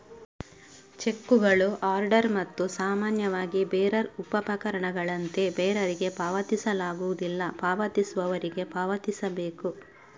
ಚೆಕ್ಕುಗಳು ಆರ್ಡರ್ ಮತ್ತು ಸಾಮಾನ್ಯವಾಗಿ ಬೇರರ್ ಉಪಪಕರಣಗಳಂತೆ ಬೇರರಿಗೆ ಪಾವತಿಸಲಾಗುವುದಿಲ್ಲ, ಪಾವತಿಸುವವರಿಗೆ ಪಾವತಿಸಬೇಕು